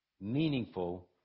meaningful